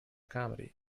comedy